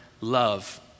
love